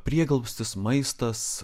prieglobstis maistas